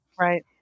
right